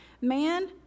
Man